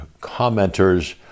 commenters